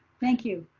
thank you.